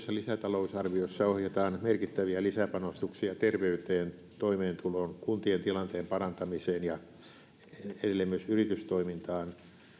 lisätalousarviossa ohjataan merkittäviä lisäpanostuksia terveyteen toimeentuloon kuntien tilanteen parantamiseen ja edelleen myös yritystoimintaan